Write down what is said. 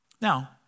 Now